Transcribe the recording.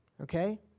Okay